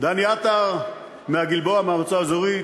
דני עטר מהגלבוע, מהמועצה האזורית,